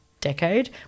decade